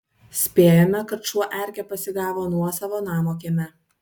spėjame kad šuo erkę pasigavo nuosavo namo kieme